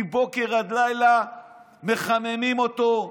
מבוקר עד לילה מחממים אותו,